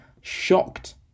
shocked